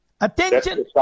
Attention